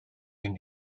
ein